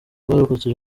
barokotse